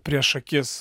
prieš akis